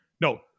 No